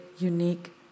unique